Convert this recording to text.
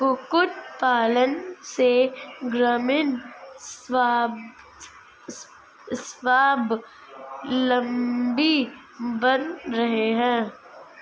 कुक्कुट पालन से ग्रामीण स्वाबलम्बी बन रहे हैं